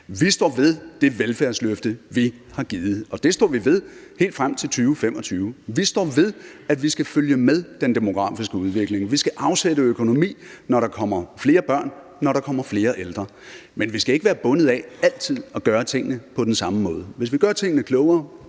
Vi står ved det velfærdsløfte, vi har givet, og det står vi ved helt frem til 2025. Vi står ved, at man skal følge med den demografiske udvikling. Vi skal afsætte økonomi, når der kommer flere børn, og når der kommer flere ældre, men vi skal ikke være bundet af altid at gøre tingene på den samme måde. Hvis vi gør tingene klogere,